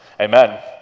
Amen